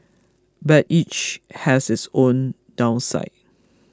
but each has its own downside